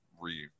re